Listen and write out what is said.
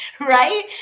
right